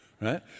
right